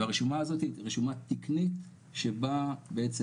הרשומה הזאת היא רשומה תקנית שבה בעצם